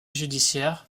judiciaire